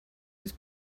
was